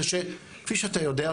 זה שכפי שאתה יודע,